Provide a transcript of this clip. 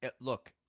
look